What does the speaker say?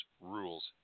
rules